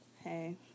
Hey